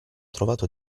trovato